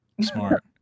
Smart